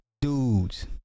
dudes